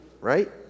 right